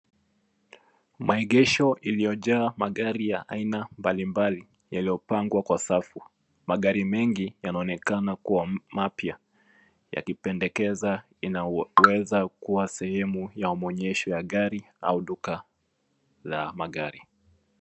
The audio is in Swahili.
Maegesho iliyojaa magari ya aina mbalimbali yaliyopangwa kwa safu, magari mengi yanaonekana kuwa mapya yakipendekeza inaweza kuwa sehemu ya maonyesha ya gari au duka la magari.